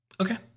Okay